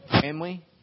family